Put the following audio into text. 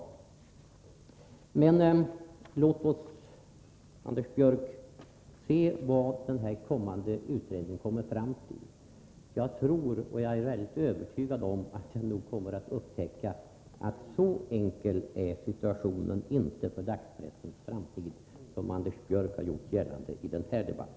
Låt oss se, Anders Björck, vad utredningen kommer fram till. Jag är övertygad om att man nog kommer att upptäcka att situationen för dagspressens framtid inte är så enkel som Anders Björck har gjort gällande i denna debatt.